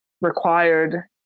required